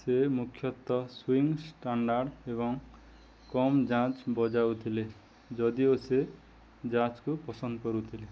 ସେ ମୁଖ୍ୟତଃ swing standard ଏବଂ କମ୍ ଜାଜ୍ ବଜାଉଥିଲେ ଯଦିଓ ସେ ଜାଜ୍କୁ ପସନ୍ଦ କରୁଥିଲେ